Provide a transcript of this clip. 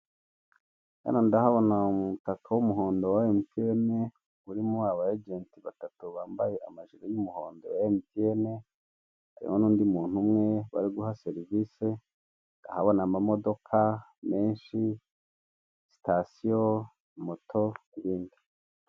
Hano ndahabona umutaka w'umuhondo wa emutiyene, urimo aba ajenti batatu bambaye amajire y'umuhondo ya emutiyene, hariho n'undi muntu umwe bari guha serivise, ndahabona amamodoka menshi, sitasiyo, moto, n'ibindi.